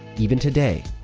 even today,